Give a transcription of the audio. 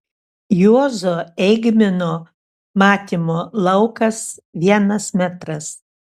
juozo eigmino matymo laukas vienas metras